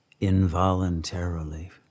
involuntarily